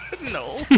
No